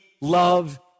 love